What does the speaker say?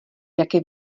jaké